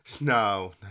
No